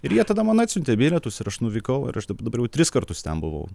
ir jie tada man atsiuntė bilietus ir aš nuvykau ir aš daba dabar jau tris kartus ten buvau